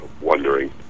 wondering